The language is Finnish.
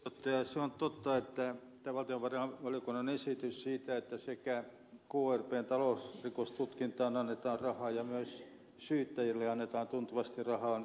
se on totta että tämä valtiovarainvaliokunnan esitys siitä että sekä krpn talousrikostutkintaan annetaan rahaa että myös syyttäjille annetaan tuntuvasti rahaa on erittäin hyvä asia